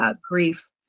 grief